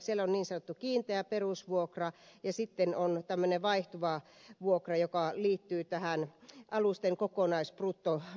on niin sanottu kiinteä perusvuokra ja sitten on tämmöinen vaihtuva vuokra joka liittyy tähän alusten kokonaisbruttovetoisuuteen